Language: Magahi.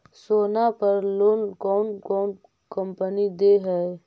सोना पर लोन कौन कौन कंपनी दे है?